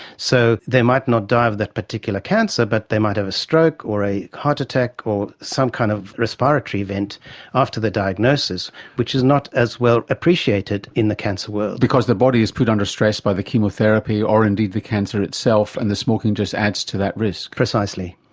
so they might not die of that particular cancer but they might have a stroke or heart attack or some kind of respiratory event after their diagnosis which is not as well appreciated in the cancer world. because the body is put under stress by the chemotherapy or indeed the cancer itself and the smoking just adds to that risk. precisely.